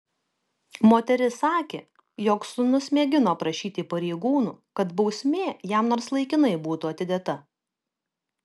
moteris sakė jog sūnus mėgino prašyti pareigūnų kad bausmė jam nors laikinai būtų atidėta